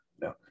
no